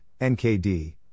NKD